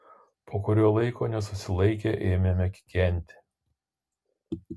po kurio laiko nesusilaikę ėmėme kikenti